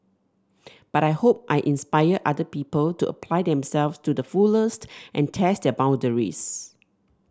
but I hope I inspire other people to apply themselves to the fullest and test their boundaries